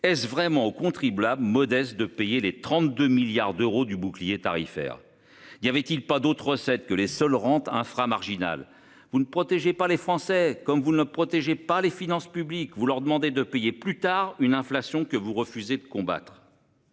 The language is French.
Est-ce vraiment aux contribuables modestes de payer les 32 milliards d'euros du bouclier tarifaire. Il y avait-il pas d'autres recettes que les seuls rente infra-marginale. Vous ne par les Français comme vous ne protégeait pas les finances publiques. Vous leur demander de payer plus tard une inflation que vous refusez de combattre.